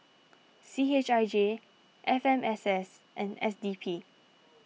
C H I J F M S S and S D P